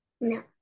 no